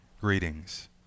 greetings